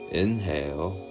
inhale